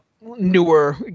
newer